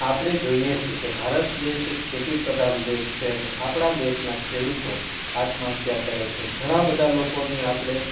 આપણે જોઈએ છીએ કે ભારત દેશ એક ખેતીપ્રધાન દેશ છે આપણા દેશનાં ખેડૂતો આત્મહત્યા કરે છે ઘણાં બધા લોકોની આપણે